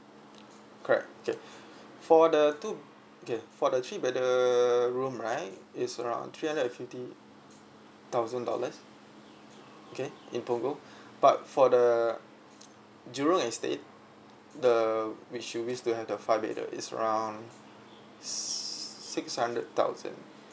correct okay for the two okay for the three bedder room right it's around three hundred and fifty thousand dollars okay in punggol but for the jurong estate the which you wish to have the five bedder is around six hundred thousand